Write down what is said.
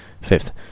Fifth